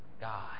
God